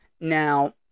Now